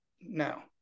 No